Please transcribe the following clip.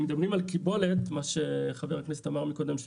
אם מדברים על קיבולת של ארבע שעות כפי שחה"כ אמר קודם,